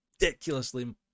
ridiculously